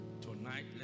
Tonight